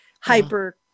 hyper